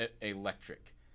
electric